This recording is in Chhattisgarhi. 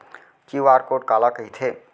क्यू.आर कोड काला कहिथे?